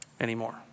anymore